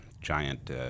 giant